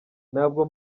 ntabwo